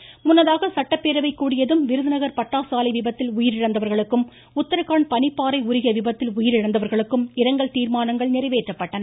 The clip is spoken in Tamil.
தொடர்ச்சி முன்னதாக சட்டப்பேரவை கூடியதும் விருதுநகர் பட்டாசு ஆலை விபத்தில் உயிரிழந்தவர்களுக்கும் உத்தரகாண்ட் பனிப்பாறை உருகிய விபத்தில் உயிரிழந்தவர்களுக்கும் இரங்கல் தீர்மானங்கள் நிறைவேற்றப்பட்டன